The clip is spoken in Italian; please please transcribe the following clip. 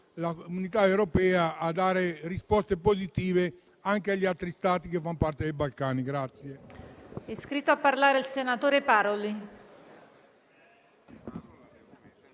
la comunità europea a dare risposte positive anche agli altri Stati che fanno parte dei Balcani.